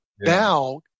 now